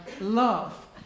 love